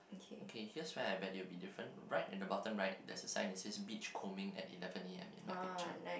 okay here's where I bet you it will be different right at the bottom right there's a sign that says beach combing at eleven A_M in my picture